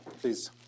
please